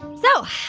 so